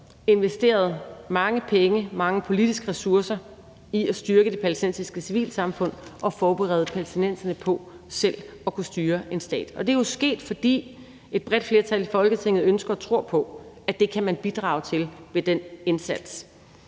investeret mange penge og mange politiske ressourcer i at styrke det palæstinensiske civilsamfund og forberede palæstinenserne på selv at kunne styre en stat, og det er jo sket, fordi et bredt flertal i Folketinget ønsker og tror på, at det kan man bidrage til med den indsats.